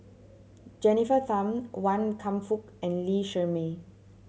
Jennifer Tham Wan Kam Fook and Lee Shermay